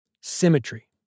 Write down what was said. Symmetry